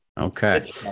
Okay